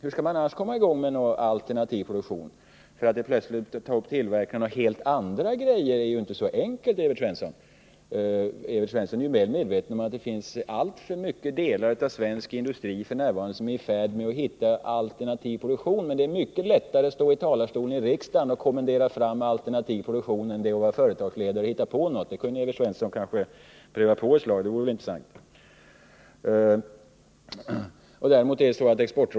Hur skall man annars komma i gång med en alternativ produktion? Att plötsligt ta upp tillverkning av helt andra produkter är ju inte så enkelt. Evert Svensson är väl medveten om att alltför stora delar av svensk industri f. n. är i färd med att försöka hitta alternativ produktion. Men det är mycket lättare att stå i riksdagens talarstol och kommendera fram alternativ produktion än det är att vara företagsledare och hitta på något. Evert Svensson kunde kanske pröva på den sistnämnda rollen ett slag — det vore intressant.